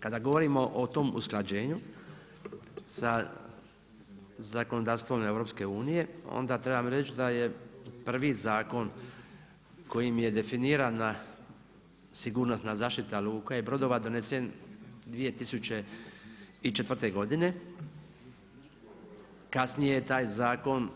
Kada govorimo o tom usklađenju, sa zakonodavstvom EU-a, onda trebam reći da je prvi zakon kojim je definirana sigurnosna zaštita luka i brodova donesen 2004. godine, kasnije je taj zakon